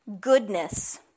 Goodness